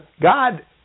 God